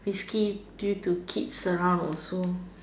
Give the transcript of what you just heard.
risky due to kids around also